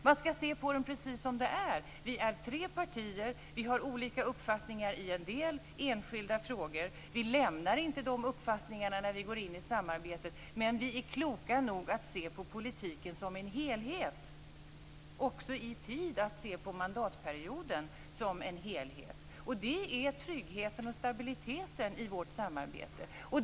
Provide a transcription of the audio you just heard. Man skall se på den precis som det är. Vi är ju tre partier. Vi har olika uppfattningar i en del enskilda frågor. Vi lämnar inte de uppfattningarna när vi går in i samarbetet men vi är kloka nog att se på politiken som en helhet och att också i tid se på mandatperioden som en helhet. Det är tryggheten och stabiliteten i vårt samarbete.